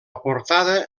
portada